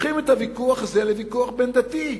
הופכים את הוויכוח הזה לוויכוח בין-דתי.